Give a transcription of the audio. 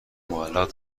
معلق